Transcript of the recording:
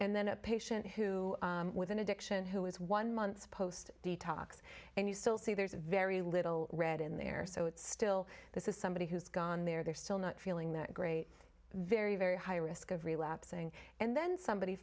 and then a patient who with an addiction who is one month post detox and you still see there's very little red in there so it's still this is somebody who's gone there they're still not feeling that great very very high risk of relapsing and then somebody